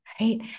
right